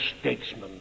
statesman